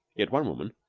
yet one woman,